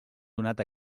donat